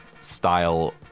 style